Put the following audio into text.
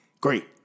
Great